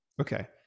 Okay